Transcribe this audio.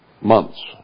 Months